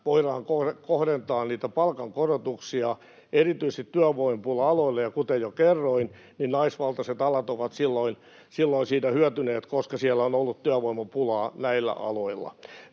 voidaan kohdentaa palkankorotuksia erityisesti työvoimapula-aloille. Kuten jo kerroin, niin naisvaltaiset alat ovat silloin siitä hyötyneet, koska siellä on ollut työvoimapulaa näillä aloilla.